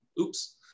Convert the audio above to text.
Oops